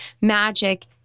magic